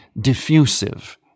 diffusive